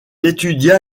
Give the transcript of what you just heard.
étudia